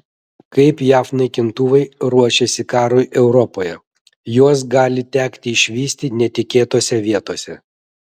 kaip jav naikintuvai ruošiasi karui europoje juos gali tekti išvysti netikėtose vietose